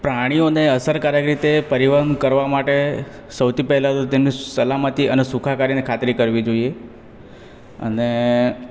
પ્રાણીઓને અસરકારક રીતે પરિવહન કરવા માટે સૌથી પહેલાં તો તેમની સલામતી અને સુખાકારીની ખાતરી કરવી જોઈએ અને